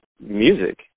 music